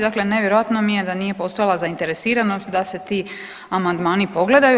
Dakle, nevjerojatno mi je da nije postojala zainteresiranost da se ti amandmani pogledaju.